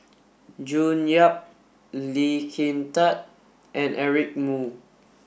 June Yap Lee Kin Tat and Eric Moo